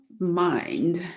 mind